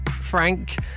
Frank